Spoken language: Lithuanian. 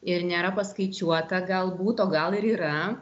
ir nėra paskaičiuota galbūt o gal ir yra